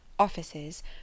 offices